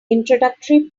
introductory